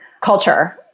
culture